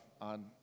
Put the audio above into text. on